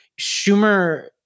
Schumer